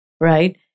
right